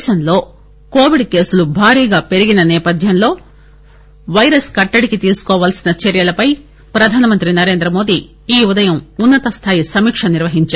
దేశంలో కోవిడ్ కేసులు భారీగా పెరిగిన నేపధ్యంలో వైరస్ కట్టడికి తీసుకోవలసిన చర్యలపై ప్రధానమంత్రి నరేంద్ర మోదీ ఈ ఉదయం ఉన్న తస్థాయి సమీక్ష నిర్వహించారు